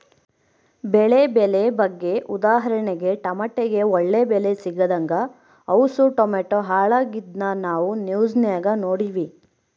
ಬೆಳೆ ಬೆಲೆ ಬಗ್ಗೆ ಉದಾಹರಣೆಗೆ ಟಮಟೆಗೆ ಒಳ್ಳೆ ಬೆಲೆ ಸಿಗದಂಗ ಅವುಸು ಟಮಟೆ ಹಾಳಾಗಿದ್ನ ನಾವು ನ್ಯೂಸ್ನಾಗ ನೋಡಿವಿ